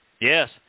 Yes